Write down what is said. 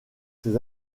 ses